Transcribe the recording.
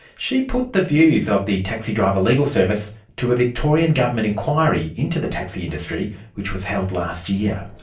she put the views of the taxi driver legal service to a victorian government inquiry into the taxi industry which was held last year.